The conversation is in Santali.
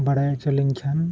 ᱵᱟᱲᱟᱭ ᱦᱚᱪᱚ ᱞᱤᱧ ᱠᱷᱟᱱ